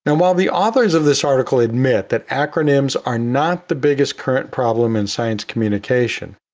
and while the authors of this article admit that acronyms are not the biggest current problem in science communication,